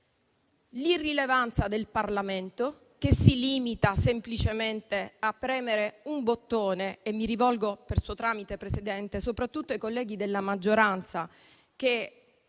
l'irrilevanza del Parlamento, che si limita semplicemente a premere un bottone. Mi rivolgo, per suo tramite, Presidente, soprattutto ai colleghi della maggioranza, che